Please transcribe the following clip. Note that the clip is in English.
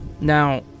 Now